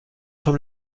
vom